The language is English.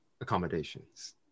accommodations